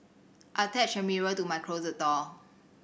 I attached a mirror to my closet door